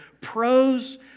pros